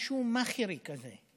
משהו מעכרי כזה.